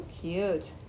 Cute